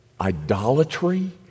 idolatry